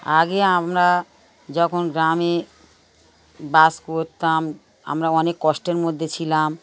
আগে আমরা যখন গ্রামে বাস করতাম আমরা অনেক কষ্টের মধ্যে ছিলাম